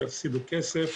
לא יפסידו כסף